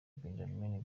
benjamin